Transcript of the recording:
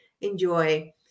enjoy